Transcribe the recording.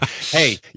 hey